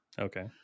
Okay